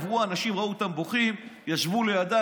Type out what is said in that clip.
עברו אנשים, ראו אותם בוכים, ישבו לידם.